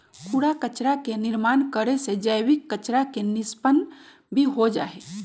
कूड़ा कचरा के निर्माण करे से जैविक कचरा के निष्पन्न भी हो जाहई